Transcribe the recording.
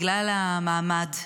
בגלל המעמד,